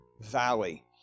valley